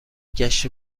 گشت